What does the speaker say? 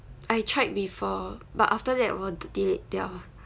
I tried before but after that 我 delete 掉